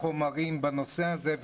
החומרים בנושא הזה,